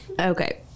Okay